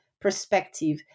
perspective